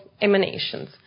emanations